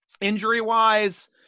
Injury-wise